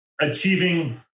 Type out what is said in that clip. achieving